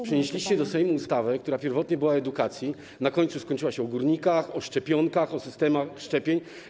Przynieśliście do Sejmu ustawę, która pierwotnie była o edukacji, a na końcu była o górnikach, o szczepionkach, o systemie szczepień.